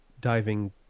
diving